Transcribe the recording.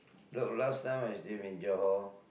look last time I stay in Johor